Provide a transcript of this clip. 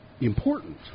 important